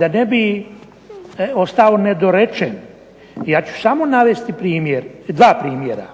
Da ne bi ostalo nedorečen ja ću navesti dva primjera.